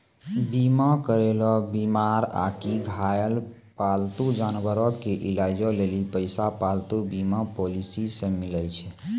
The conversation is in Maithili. बीमा करैलो बीमार आकि घायल पालतू जानवरो के इलाजो लेली पैसा पालतू बीमा पॉलिसी से मिलै छै